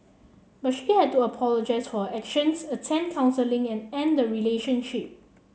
but she had to apologise for actions attend counselling and end the relationship